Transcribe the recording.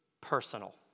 personal